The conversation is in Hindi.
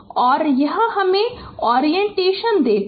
और यह हमें एक ओरिएंटेशन देता है